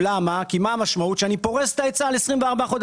כי המשמעות של כך היא שאני פורס את ההיצע ל-24 חודשים.